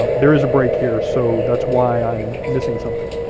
um there is a break here, so that's why i'm missing something.